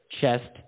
chest